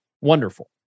wonderful